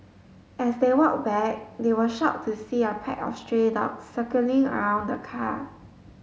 as they walked back they were shocked to see a pack of stray dogs circling around the car